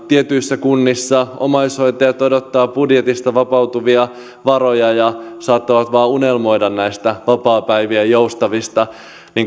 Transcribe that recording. tietyissä kunnissa omaishoitajat odottavat budjetista vapautuvia varoja ja saattavat vain unelmoida näistä vapaapäivien joustavista